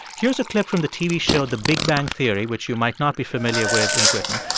here's a clip from the tv show the big bang theory, which you might not be familiar with in britain.